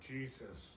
Jesus